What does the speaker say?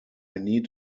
need